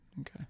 Okay